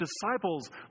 disciples